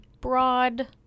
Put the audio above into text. broad